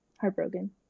heartbroken